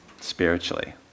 spiritually